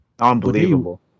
Unbelievable